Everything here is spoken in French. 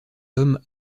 homme